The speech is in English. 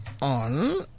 on